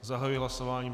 Zahajuji hlasování.